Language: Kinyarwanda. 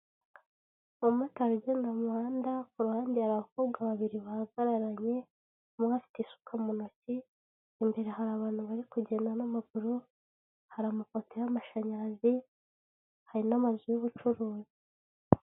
Umumotari ugenda mu muhanda, ku ruhande hari abakobwa babiri bahagararanye, umwe afite isuka mu ntoki, imbere hari abantu bari kugenda n'amaguru, hari amapoto y'amashanyarazi, hari n'amazu y'ubucuruzi.